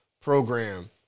program